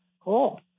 Cool